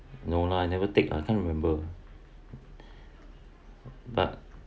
no lah I never take I can't remember but